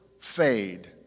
fade